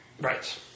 Right